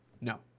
No